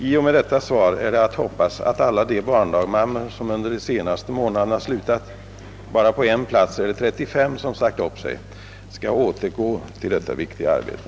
I och med detta svar är det att hoppas att alla de barndagmammor som under de senaste månaderna slutat — bara på en plats är det 35 som sagt upp sig — skall återgå till detta viktiga arbete.